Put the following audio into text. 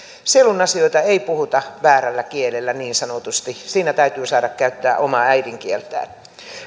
sielun asioita ei puhuta väärällä kielellä niin sanotusti siinä täytyy saada käyttää omaa äidinkieltään